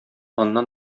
аннан